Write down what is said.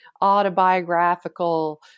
autobiographical